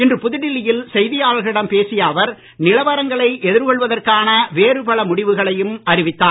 இன்று புதுடெல்லியில் செய்தியாளர்களிடம் பேசிய அவர் நிலவரங்களை எதிர்கொள்வதற்கான வேறு பல முடிவுகளையும் அறிவித்தார்